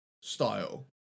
style